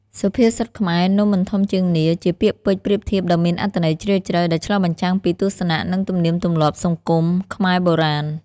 សុភាសិតខ្មែរ នំមិនធំជាងនាឡិ ជាពាក្យពេចន៍ប្រៀបធៀបដ៏មានអត្ថន័យជ្រាលជ្រៅ ដែលឆ្លុះបញ្ចាំងពីទស្សនៈ និងទំនៀមទម្លាប់សង្គមខ្មែរបុរាណ ។